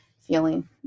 feeling